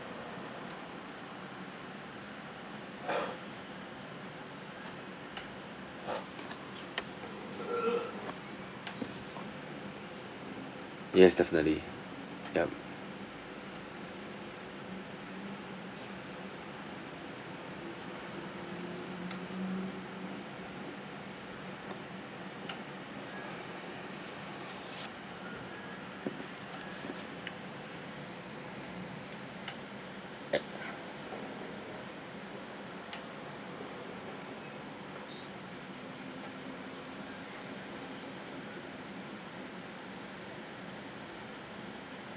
yes definitely yup